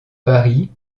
paris